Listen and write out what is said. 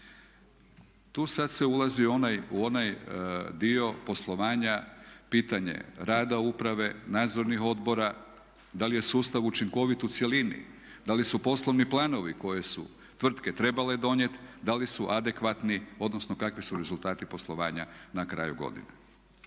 Tu sada se ulazi u onaj dio poslovanja, pitanje rada uprave, nadzornih odbora, da li je sustav učinkovit u cjelini, da li su poslovni planovi koji su tvrtke trebale donijeti da li su adekvatni, odnosno kakvi su rezultati poslovanja na kraju godine.